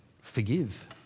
forgive